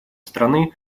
страны